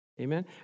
Amen